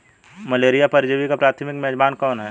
Malaria परजीवी का प्राथमिक मेजबान कौन है?